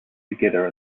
together